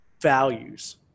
values